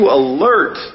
alert